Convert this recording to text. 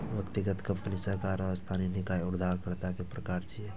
व्यक्तिगत, कंपनी, सरकार आ स्थानीय निकाय उधारकर्ता के प्रकार छियै